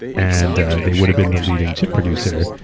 and they would've been the leading chip producer.